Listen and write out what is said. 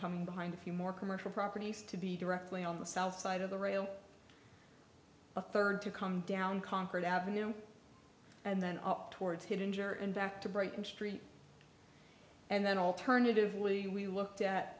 coming behind a few more commercial properties to be directly on the south side of the rail a third to come down concord avenue and then up towards hit injure and back to brighton street and then alternatively we looked at